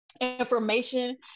information